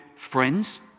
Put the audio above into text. Friends